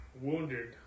wounded